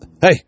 hey